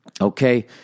okay